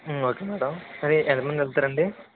okay madam కానీ ఎంతమంది వెళ్తారండి